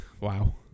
Wow